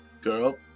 girl